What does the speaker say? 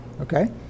Okay